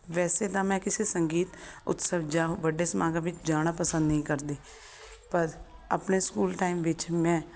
ਵੈਸੇ ਤਾਂ ਮੈਂ ਕਿਸੇ ਸੰਗੀਤ ਉਤਸਵ ਜਾਂ ਵੱਡੇ ਸਮਾਗਮ ਵਿੱਚ ਜਾਣਾ ਪਸੰਦ ਨਹੀਂ ਕਰਦੀ ਪਰ ਆਪਣੇ ਸਕੂਲ ਟਾਈਮ ਵਿੱਚ ਮੈਂ